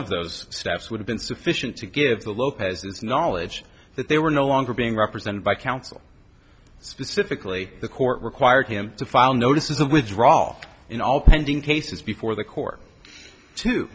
of those steps would have been sufficient to give the lopez knowledge that they were no longer being represented by counsel specifically the court required him to file notices of withdraw all in all pending cases before the court to